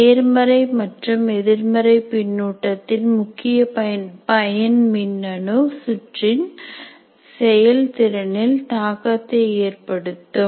நேர்மறை மற்றும் எதிர்மறை பின்னூட்டத்தின் முக்கிய பயன் மின்னணு சுற்றின் செயல்திறனில் தாக்கத்தை ஏற்படுத்தும்